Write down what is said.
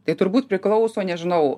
tai turbūt priklauso nežinau